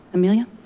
emilia.